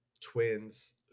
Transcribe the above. twins